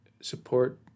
support